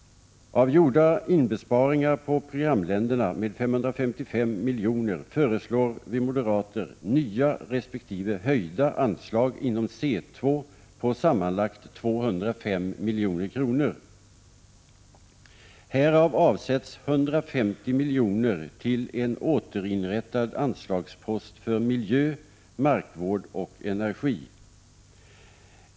Av gjorda inbesparingar på programländerna med 555 miljoner föreslår vi moderater nya resp. höjda anslag inom C2 på sammanlagt 205 milj.kr. Härav avsätts 150 miljoner till en återinrättad anslagspost för miljö, markvård och energi.